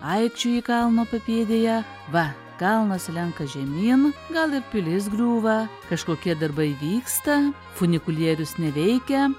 aičioji kalno papėdėje va kalnas slenka žemyn gal ir pilis griūva kažkokie darbai vyksta funikulierius neveikia